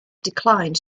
declined